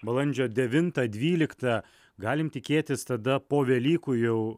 balandžio devintą dvyliktą galim tikėtis tada po velykų jau